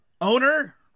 owner